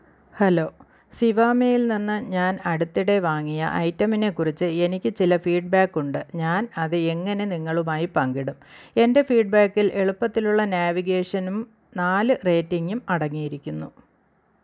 hello സിവാമേയിൽ നിന്നു ഞാൻ അടുത്തിടെ വാങ്ങിയ ഐറ്റമിനെക്കുറിച്ച് എനിക്ക് ചില ഫീഡ് ബേക്കുണ്ട് ഞാൻ അത് എങ്ങനെ നിങ്ങളുമായി പങ്കിടും എന്റെ ഫീഡ് ബേക്കിൽ എളുപ്പത്തിലുള്ള നാവിഗേഷനും നാല് റേറ്റിംഗും അടങ്ങിയിരിക്കുന്നു